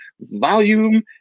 volume